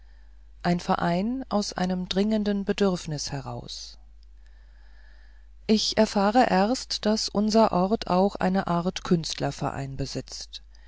ein verein aus einem dringenden bedürfnis heraus ich erfahre erst daß unser ort auch eine art künstlerverein besitzt